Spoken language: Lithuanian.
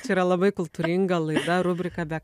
čia yra labai kultūringa laida rubrika be